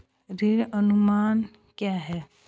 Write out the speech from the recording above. ऋण अनुमान क्या है?